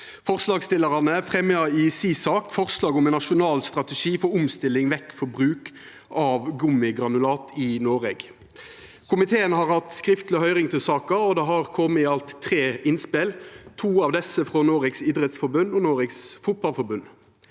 Forslagsstillarane fremjar i si sak forslag om ein nasjonal strategi for omstilling vekk frå bruk av gummigranulat i Noreg. Komiteen har hatt skriftleg høyring i saka, og det har kome i alt tre innspel. To av desse er frå Norges idrettsforbund og Norges Fotballforbund.